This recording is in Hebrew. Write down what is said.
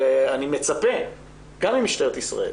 ואני מצפה גם ממשטרת ישראל